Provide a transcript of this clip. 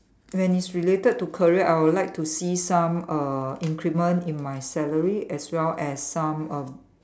when it's related to career I would like to see some uh increment in my salary as well as some uh